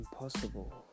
impossible